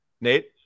Nate